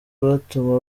batuma